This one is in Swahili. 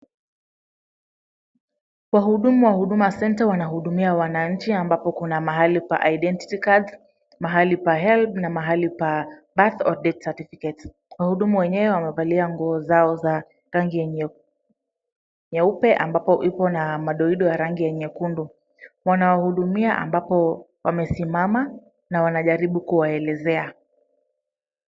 Wahudumu wa Huduma Center wanahudumia wananchi ambapo kuna mahali pa identity cards , mahali pa helb, na mahali pa birth or death certificate . Wahudumu wenyewe wamevalia nguo zao za rangi nyeupe ambapo ipo na madoido ya rangi ya nyekundu. Wanawahudumia ambapo wamesimama na wanajaribu kuwaelezea